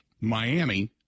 Miami